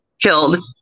killed